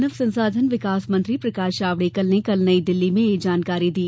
मानव संसाधन विकास मंत्री प्रकाश जावड़ेकर ने कल नई दिल्ली में यह जानकारी दी